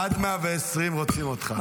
עד 120 רוצים אותך.